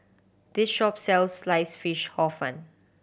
this shop sells slice fish Hor Fun